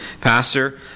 pastor